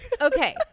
okay